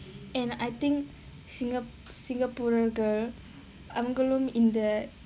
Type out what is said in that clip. and I think singapore அவங்களும் இந்த:avangalum intha